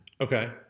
Okay